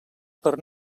per